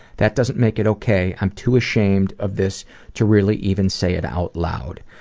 that doesn't make it okay. i'm too ashamed of this to really even say it out loud.